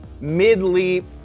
mid-leap